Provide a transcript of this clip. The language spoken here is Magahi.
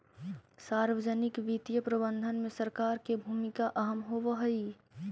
सार्वजनिक वित्तीय प्रबंधन में सरकार के भूमिका अहम होवऽ हइ